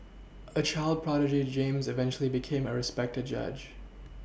a child prodigy James eventually became a respected judge